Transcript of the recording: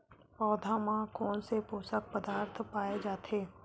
पौधा मा कोन से पोषक पदार्थ पाए जाथे?